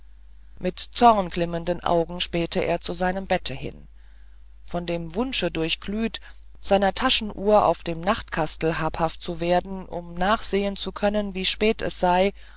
mit zornglimmenden augen spähte er zu seinem bette hin von dem wunsche durchglüht seiner taschenuhr auf dem nachtkastl habhaft zu werden um nachsehen zu können wie spät es sei